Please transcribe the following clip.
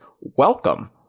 welcome